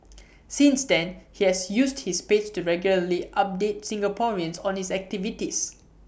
since then he has used his page to regularly update Singaporeans on his activities